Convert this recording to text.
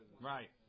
Right